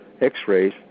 x-rays